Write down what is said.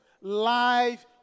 life